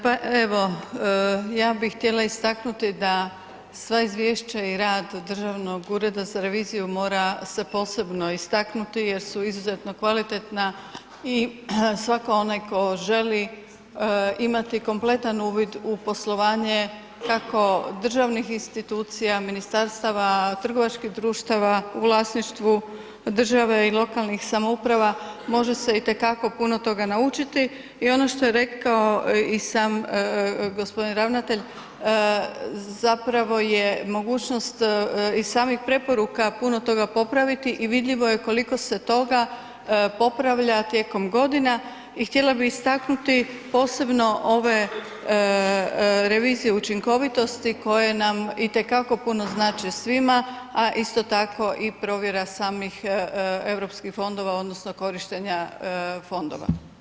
Pa evo, ja bi htjela istaknuti da sva izvješća i rad Državnog ureda za reviziju mora se posebno istaknuti jer su izuzetno kvalitetna i svako onaj tko želi imati kompletan uvid u poslovanje kako državnih institucija, ministarstava, trgovačkih društava u vlasništvu države i lokalnih samouprava, može se itekako puno toga naučiti i ono što je rekao i sam g. ravnatelj, zapravo je mogućnost i samih preporuka puno toga popraviti i vidljivo je koliko se toga popravlja tijekom godina i htjela bi istaknuti posebno ove revizije učinkovitosti koje nam itekako puno znače svima a isto tako i provjera samih europskih fondova odnosno korištenja fondova.